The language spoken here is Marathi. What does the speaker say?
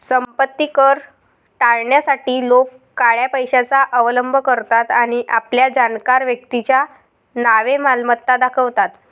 संपत्ती कर टाळण्यासाठी लोक काळ्या पैशाचा अवलंब करतात आणि आपल्या जाणकार व्यक्तीच्या नावे मालमत्ता दाखवतात